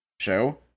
show